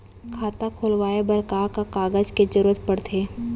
खाता खोलवाये बर का का कागज के जरूरत पड़थे?